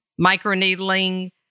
microneedling